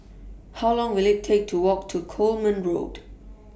How Long Will IT Take to Walk to Coleman Road